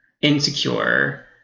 insecure